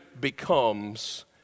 becomes